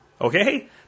Okay